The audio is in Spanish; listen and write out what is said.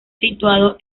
situado